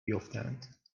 بیفتند